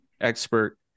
expert